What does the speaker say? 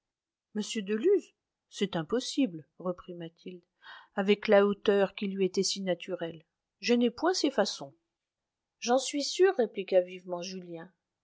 m de luz c'est impossible reprit mathilde avec la hauteur qui lui était si naturelle je n'ai point ces façons j'en suis sûr répliqua vivement julien